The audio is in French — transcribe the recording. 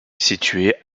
située